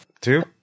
Two